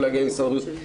למשרד הבריאות.